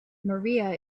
maria